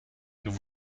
nous